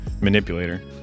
manipulator